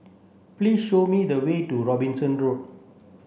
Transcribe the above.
please show me the way to Robinson Road